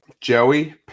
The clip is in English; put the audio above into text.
Joey